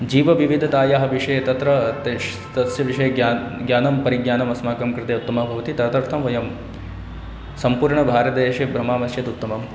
जीव विविधतायाः विषये तत्र तश् तस्य विषये ज्ञानं परिज्ञानम् अस्माकं कृते उत्तमं भवति तदर्थं वयं सम्पूर्णं भारतदेशे भ्रमामश्चेत् उत्तमम्